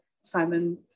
Simon